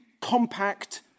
compact